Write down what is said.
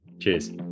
Cheers